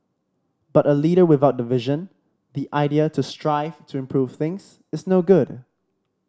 but a leader without the vision the idea to strive to improve things is no good